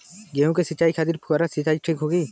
गेहूँ के सिंचाई खातिर फुहारा सिंचाई ठीक होखि?